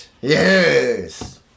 Yes